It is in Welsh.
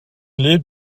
wlyb